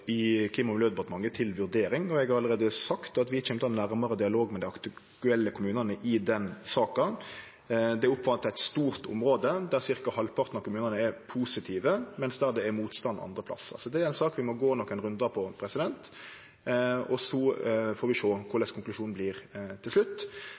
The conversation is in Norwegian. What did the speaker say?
i Klima- og miljødepartementet til vurdering, og eg har allereie sagt at vi kjem til å ha nærmare dialog med dei aktuelle kommunane i den saka. Det omfattar eit stort område, der ca. halvparten av kommunane er positive, mens det er motstand andre plassar. Så det er ei sak vi må gå nokre rundar på, og så får vi sjå